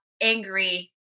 angry